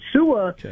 Sua